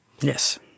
Yes